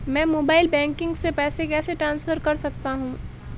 मैं mobile banking से पैसे कैसे ट्रांसफर कर सकता हूं?